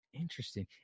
Interesting